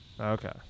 Okay